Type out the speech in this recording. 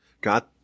God